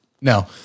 No